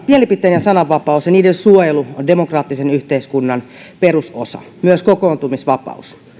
mielipiteen ja sananvapaus ja niiden suojelu on demokraattisen yhteiskunnan perusosa myös kokoontumisvapaus